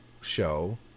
show